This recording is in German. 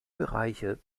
bereiche